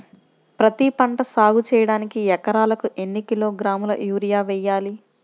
పత్తిపంట సాగు చేయడానికి ఎకరాలకు ఎన్ని కిలోగ్రాముల యూరియా వేయాలి?